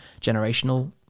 generational